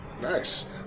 Nice